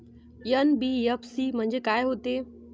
NBFC म्हणजे का होते?